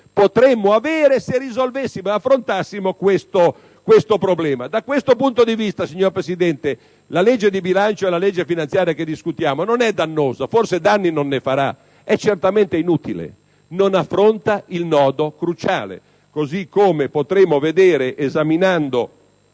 potremmo avere se risolvessimo e affrontassimo questo problema. Da questo punto di vista, signor Presidente, la legge di bilancio e la legge finanziaria che discutiamo non sono dannose. Forse la manovra finanziaria danni non ne farà perché è certamente inutile: non affronta il nodo cruciale, così come potremo vedere esaminando